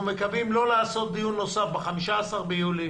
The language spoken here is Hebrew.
אנחנו מקווים לא לעשות דיון נוסף ב-15 ביולי,